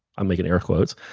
i'm making air quotes,